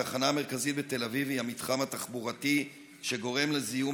התחנה המרכזית בתל אביב היא המתחם התחבורתי שגורם לזיהום